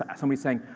ah somebody's saying,